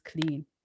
clean